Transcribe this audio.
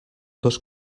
dos